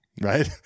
right